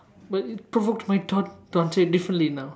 ya but it provoked my thought thoughts to answer it differently now